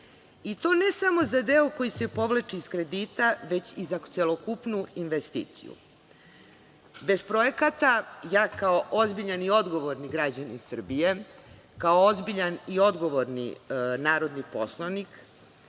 i to ne samo za deo koji se povlači iz kredita, već i za celokupnu investiciju? Bez projekata, ja kao ozbiljan i odgovoran građanin Srbije, kao ozbiljan i odgovorni narodni poslanik,